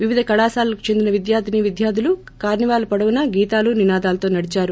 వివిధ కళాశాలలకు చెందిన విద్యార్థినీ విద్యార్ధులు కార్ప్రాల్ వొడవునా గీతాలు నినాదాలతో నడిచారు